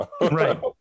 Right